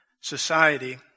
society